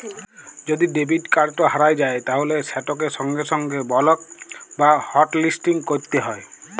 যদি debit card হারাঁয় যায় তাইলে সেটকে সঙ্গে সঙ্গে বলক বা হটলিসটিং ক্যইরতে হ্যয়